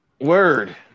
Word